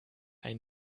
ein